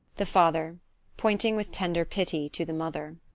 the father pointing with tender pity to the mother.